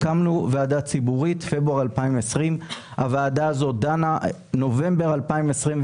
הקמנו ועדה ציבורית, פברואר 2020. נובמבר 2021,